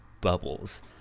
bubbles